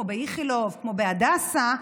כמו איכילוב או הדסה.